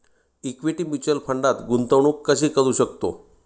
Equity mutual फंडात गुंतवणूक कशी करू शकतो?